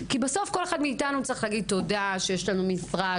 כי בסוף כל אחד מאיתנו צריך להגיד תודה שיש לנו משרה,